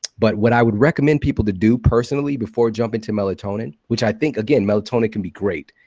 but what i would recommend people to do personally before jumping to melatonin which i think, again, melatonin can be great.